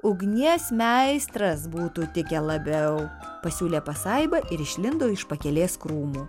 ugnies meistras būtų tikę labiau pasiūlė pasaiba ir išlindo iš pakelės krūmų